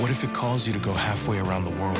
what is to cause you to go halfway around the world